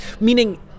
Meaning